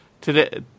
today